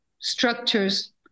structures